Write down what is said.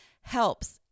helps